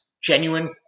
genuine